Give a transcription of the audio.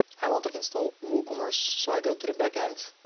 i want to install woocommerce. so i go to the back end,